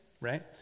right